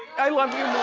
i love you